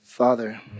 Father